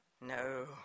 no